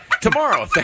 tomorrow